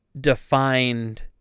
defined